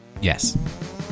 Yes